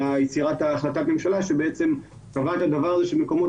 ביצירת החלטת הממשלה שבעצם קבעה את הדבר הזה שמקומות